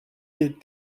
des